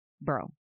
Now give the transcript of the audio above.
bro